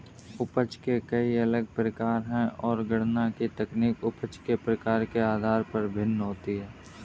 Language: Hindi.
उपज के कई अलग प्रकार है, और गणना की तकनीक उपज के प्रकार के आधार पर भिन्न होती है